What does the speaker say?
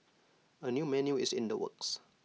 A new menu is in the works